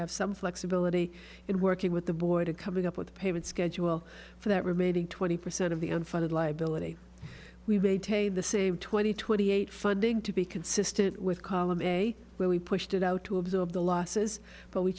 have some flexibility in working with the board and coming up with payment schedule for that remaining twenty percent of the unfunded liability we may take the same twenty twenty eight funding to be consistent with column a where we pushed it out to absorb the losses but we